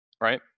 right